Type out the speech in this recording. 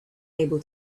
able